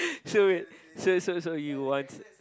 so wait so so so you'll want